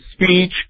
speech